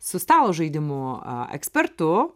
su stalo žaidimų ekspertu